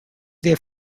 their